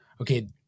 Okay